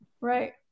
Right